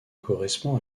correspond